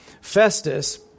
Festus